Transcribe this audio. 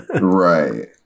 right